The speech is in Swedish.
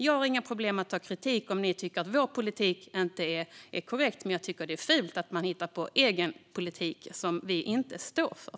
Jag har inga problem att ta kritik om ni tycker att vår politik inte är korrekt. Men det är fult att man hittar på egen politik som vi inte står för.